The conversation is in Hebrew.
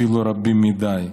אפילו רבים מדי.